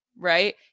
Right